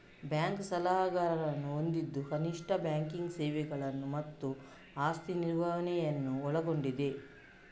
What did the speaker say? bank ಸಲಹೆಗಾರರನ್ನು ಹೊಂದಿದ್ದು ಕನಿಷ್ಠ ಬ್ಯಾಂಕಿಂಗ್ ಸೇವೆಗಳನ್ನು ಮತ್ತು ಆಸ್ತಿ ನಿರ್ವಹಣೆಯನ್ನು ಒಳಗೊಂಡಿದೆ